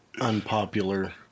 unpopular